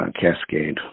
cascade